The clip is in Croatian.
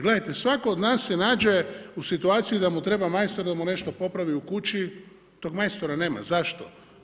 Gledajte, svako od nas se nađe u situaciji da mu treba majstor da mu nešto popravi u kući, tog majstora nema, zašto?